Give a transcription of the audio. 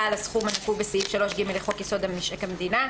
על הסכום הנקוב בסעיף 3ג לחוק יסוד: משק המדינה.